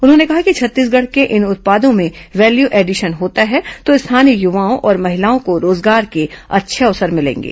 उन्होंने कहा कि छत्तीसगढ़ के इन उत्पादों में वैल्यू एडिशन होता है तो स्थानीय युवाओं और महिलाओं को रोजगार के अच्छे अवसर मिलेंगे